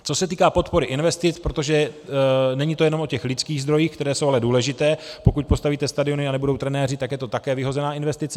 Co se týká podpory investic, protože není to jenom o těch lidských zdrojích, které jsou ale důležité pokud postavíte stadiony a nebudou trenéři, tak je to také vyhozená investice.